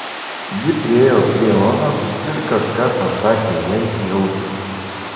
ji priėjo prie onos ir kažką pasakė jai į ausį